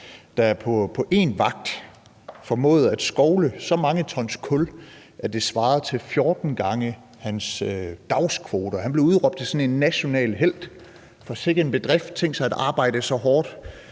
der på en enkelt vagt formåede at skovle så mange tons kul, at det svarede til 14 gange hans dagskvote, og han blev udråbt til sådan en national helt, for sikke en bedrift! Tænk sig at arbejde så hårdt